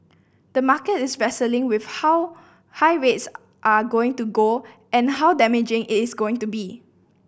the market is wrestling with how high rates are going to go and how damaging its going to be